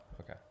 okay